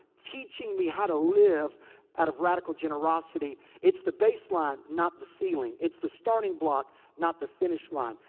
teaching me how to live out of radical generosity. it's the baseline not the ceiling. it's the starting block not the finish line.